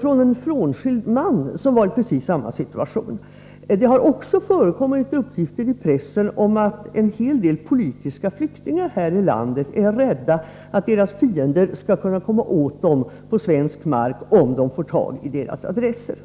från en frånskild man som var i precis samma situation. Det har också förekommit uppgifter i pressen om att en hel del politiska flyktingar här i landet är rädda att deras fiender skall kunna komma åt dem på svensk mark, om dessa fiender får tag i flyktingarnas adresser.